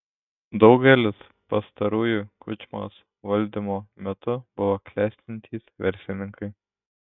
daugelis pastarųjų kučmos valdymo metu buvo klestintys verslininkai